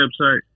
website